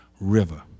River